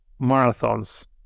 marathons